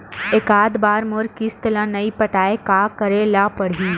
एकात बार मोर किस्त ला नई पटाय का करे ला पड़ही?